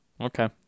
okay